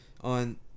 On